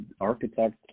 architect